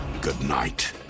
Goodnight